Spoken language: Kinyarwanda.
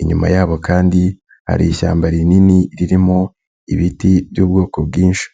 inyuma y'abo kandi hari ishyamba rinini ririmo ibiti by'ubwoko bwinshi.